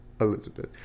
Elizabeth